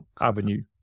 avenue